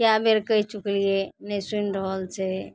कए बेर कहि चुकलियै नहि सुनि रहल छै